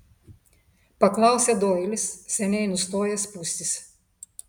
paklausė doilis seniai nustojęs pūstis